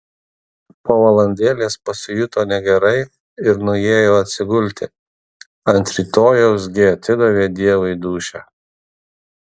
po valandėlės pasijuto negerai ir nuėjo atsigulti ant rytojaus gi atidavė dievui dūšią